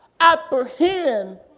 apprehend